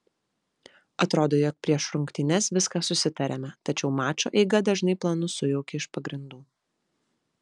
atrodo jog prieš rungtynes viską susitariame tačiau mačo eiga dažnai planus sujaukia iš pagrindų